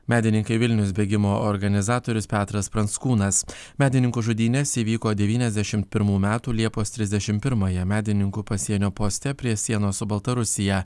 medininkai vilnius bėgimo organizatorius petras pranckūnas medininkų žudynės įvyko devyniasdešimt pirmų metų liepos trisdešim pirmąją medininkų pasienio poste prie sienos su baltarusija